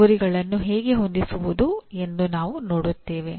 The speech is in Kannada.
ಗುರಿಗಳನ್ನು ಹೇಗೆ ಹೊಂದಿಸುವುದು ಎಂದು ನಾವು ನೋಡುತ್ತೇವೆ